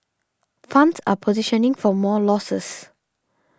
funds are positioning for more losses